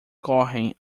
correm